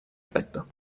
petto